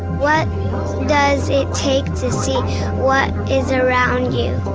what does it take to see what is around you?